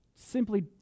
simply